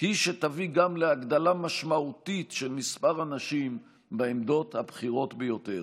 היא שתביא גם להגדלה משמעותית של מספר הנשים בעמדות הבכירות ביותר.